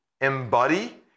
embody